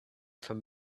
from